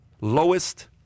lowest